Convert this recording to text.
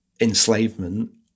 enslavement